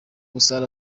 musare